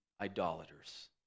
idolaters